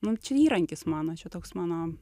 nu čia įrankis mano čia toks mano